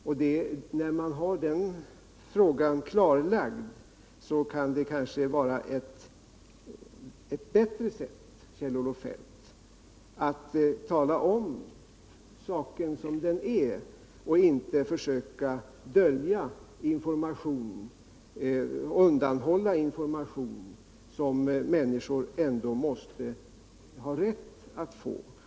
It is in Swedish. Och när man har den frågan klarlagd kan det kanske vara ett bättre sätt, Kjell-Olof Feldt, att tala om som det är och inte försöka undanhålla information som människor ändå måste ha rätt att få.